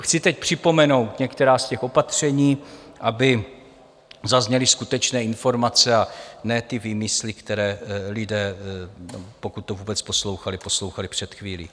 Chci teď připomenout některá z těch opatření, aby zazněly skutečné informace, a ne ty výmysly, které lidé, pokud to vůbec poslouchali, poslouchali před chvílí.